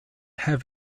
have